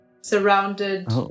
surrounded